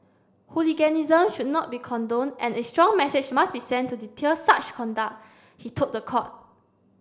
hooliganism should not be condoned and it strong message must be sent to deter such conduct he told the court